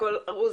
הכול ארוז.